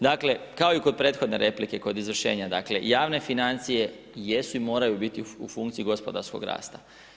Dakle, kao i kod prethodne replike, kod izvršenja, dakle, javne financije jesu i moraju biti u funkciji gospodarskog rasta.